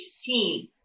team